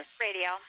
Radio